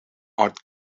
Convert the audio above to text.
art